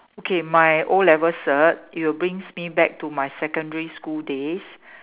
okay my o-level cert it'll brings me back to my secondary school days